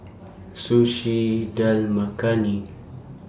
Sushi Dal Makhani